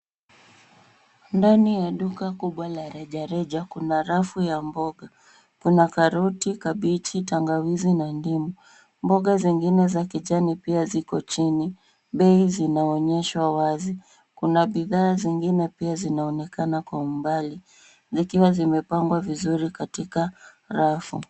Ndani ya duka kubwa la rejareja, kuna rafu ya mboga. Kuna karoti, kabichi, tangawizi, na ndimu. Mboga zingine za kijani pia ziko chini. Bei zinaonyeshwa wazi. Kuna bidhaa zingine pia zinaonekana kwa umbali, zikiwa zimepangwa vizuri katika rafu.